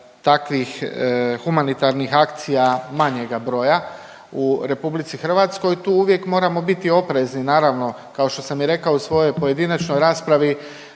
takvih humanitarnih akcija manjega broja u RH. Tu uvijek moramo biti oprezni, naravno, kao što sam i rekao u svojoj pojedinačnoj raspravi,